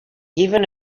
even